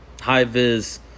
high-vis